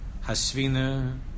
Hasvina